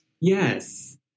Yes